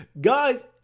guys